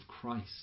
Christ